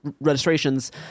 registrations